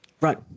Right